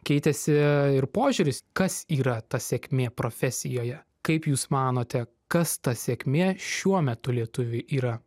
keitėsi ir požiūris kas yra ta sėkmė profesijoje kaip jūs manote kas ta sėkmė šiuo metu lietuviui yra